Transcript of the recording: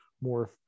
more